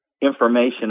information